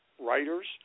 Writers